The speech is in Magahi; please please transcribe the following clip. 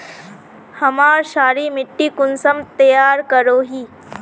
हमार क्षारी मिट्टी कुंसम तैयार करोही?